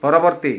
ପରବର୍ତ୍ତୀ